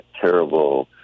terrible